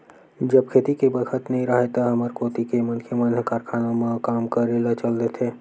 जब खेती के बखत नइ राहय त हमर कोती के मनखे मन ह कारखानों म काम करे ल चल देथे